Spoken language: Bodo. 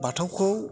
बाथौखौ